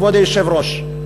כבוד היושב-ראש,